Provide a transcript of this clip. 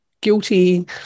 guilty